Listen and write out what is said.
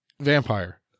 Vampire